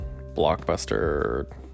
blockbuster